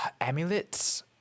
amulets